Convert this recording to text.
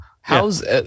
how's